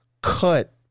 cut